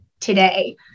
today